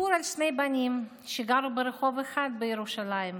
סיפור על שני בנים שגרו ברחוב אחד בירושלים,